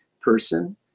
person